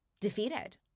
defeated